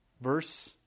Verse